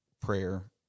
prayer